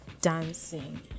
dancing